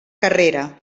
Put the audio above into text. carrera